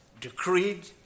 decreed